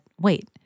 wait